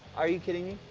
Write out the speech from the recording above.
are you kidding